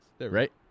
Right